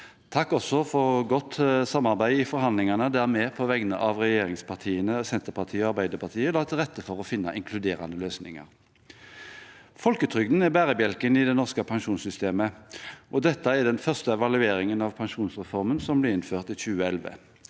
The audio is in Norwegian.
også for godt samarbeid i forhandlingene, der vi på vegne av regjeringspartiene, Senterpartiet og Arbeiderpartiet, la til rette for å finne inkluderende løsninger. Folketrygden er bærebjelken i det norske pensjonssystemet, og dette er den første evalueringen av pensjonsreformen som ble innført i 2011.